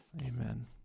Amen